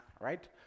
right